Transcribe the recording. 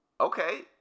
Okay